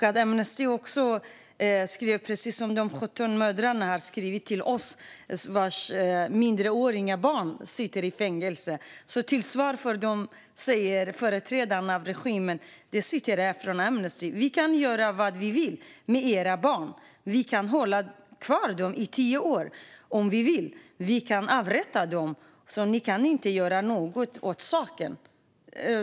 Amnesty rapporterar att de 17 mödrar vars minderåriga barn sitter i fängelse fått följande svar från företrädare för regimen: "Vi kan göra vad vi vill med era barn, vi kan hålla kvar dem i tio år om vi vill, vi kan avrätta dem och ni kan inte göra något åt saken."